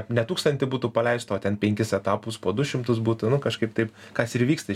ne tūkstantį butų paleistų o ten penkis etapus po du šimtus butų nu kažkaip taip kas ir vyksta